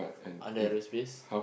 under aerospace